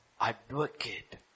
advocate